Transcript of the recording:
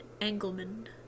Engelman